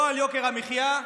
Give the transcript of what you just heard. לא על יוקר המחיה,